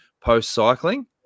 post-cycling